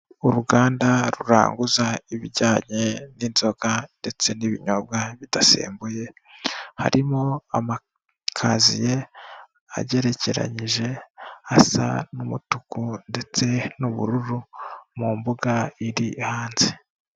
Uruganda ruranguza ibijyanye n'inzoka ndetse n'ibinyobwa bidasembuye harimo amakaziye agerekeranyije asa n'umutuku ndetse n'ubururu mu mbuga iri hanze.